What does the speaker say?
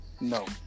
No